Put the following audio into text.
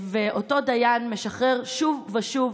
אותו דיין משחרר שוב ושוב,